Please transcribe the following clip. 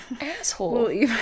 Asshole